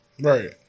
Right